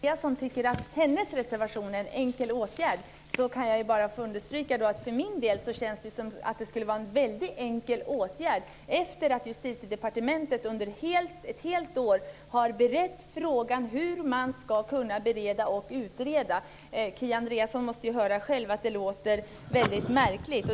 Fru talman! Kia Andreasson tycker att hennes reservation avser en enkel åtgärd. Jag vill i mitt fall understryka att det känns som det gäller en väldigt enkel åtgärd. Justitiedepartementet har ett helt år berett frågan hur man ska kunna bereda och utreda detta. Kia Andreasson måste själv höra att detta låter märkligt.